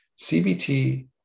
CBT